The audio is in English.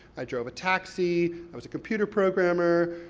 i drove a taxi, i was a computer programmer,